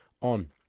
on